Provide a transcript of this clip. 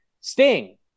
Sting